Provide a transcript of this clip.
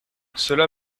cela